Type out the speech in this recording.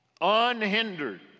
Unhindered